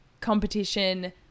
competition